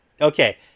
Okay